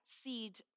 seed